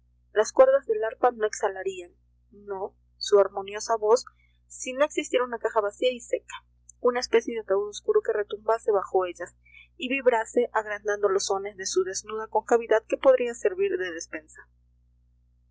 las cuerdas del arpa no exhalarían no su armoniosa voz si no existiera una caja vacía y seca una especie de ataúd oscuro que retumbase bajo ellas y vibrase agrandando los sones en su desnuda concavidad que podría servir de despensa